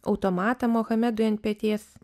automatą muhamedui ant peties